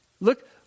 Look